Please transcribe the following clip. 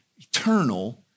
eternal